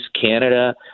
Canada